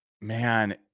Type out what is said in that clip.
man